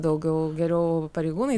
daugiau geriau pareigūnai